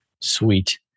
Sweet